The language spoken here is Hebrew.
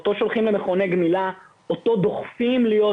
אותו שולחים למכוני גמילה ודוחפים אותו להיות